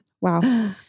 Wow